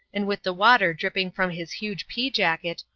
and with the water dripping from his huge pea-jacket,